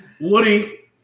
Woody